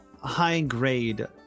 high-grade